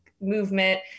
movement